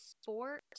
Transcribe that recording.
sport